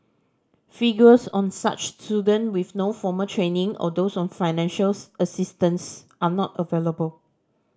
figures on such student with no formal training or those on financial assistance are not available